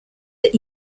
that